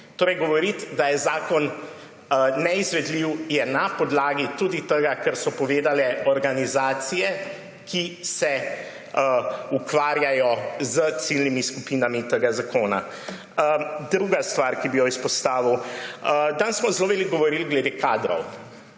njej. Da je zakon neizvedljiv, je tudi na podlagi tega, kar so povedale organizacije, ki se ukvarjajo s ciljnimi skupinami tega zakona. Druga stvar, ki bi jo izpostavil. Danes smo zelo veliko govorili glede kadrov